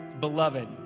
Beloved